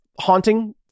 haunting